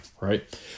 right